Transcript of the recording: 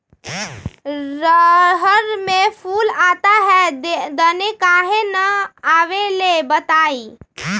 रहर मे फूल आता हैं दने काहे न आबेले बताई?